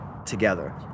together